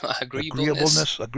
Agreeableness